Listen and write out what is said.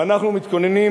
ואנחנו מתכוננים,